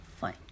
fine